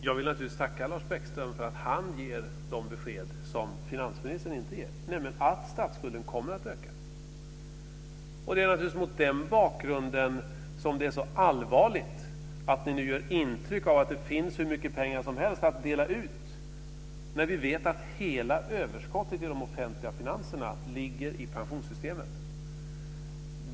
Fru talman! Jag vill tacka Lars Bäckström för att han ger de besked som finansministern inte ger, nämligen att statsskulden kommer att öka. Det är naturligtvis mot den bakgrunden som det är så allvarligt att ni nu ger intryck av att det finns hur mycket pengar som helst att dela ut, när vi vet att hela överskottet i de offentliga finanserna ligger i pensionssystemet.